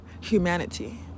humanity